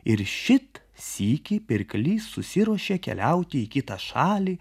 ir šit sykį pirklys susiruošė keliauti į kitą šalį